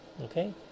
okay